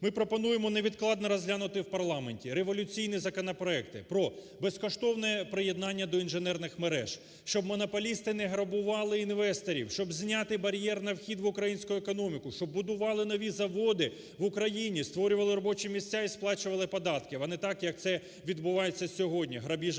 Ми пропонуємо невідкладно розглянути в парламенті революційні законопроекти про безкоштовне приєднання до інженерних мереж. Щоб монополісти не грабували інвесторів, щоб зняти бар'єр на вхід в українську економіку, щоб будували нові заводи в Україні, створювали робочі місця і сплачували податки. А не так, як це відбувається сьогодні, грабіж